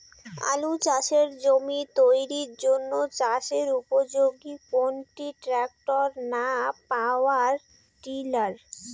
আলু চাষের জমি তৈরির জন্য চাষের উপযোগী কোনটি ট্রাক্টর না পাওয়ার টিলার?